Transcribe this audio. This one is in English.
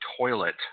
toilet